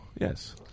Yes